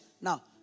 Now